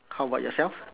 how about yourself